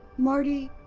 morty.